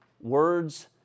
words